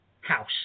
house